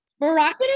Moroccan